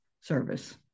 service